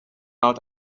out